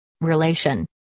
Relation